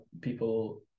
people